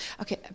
Okay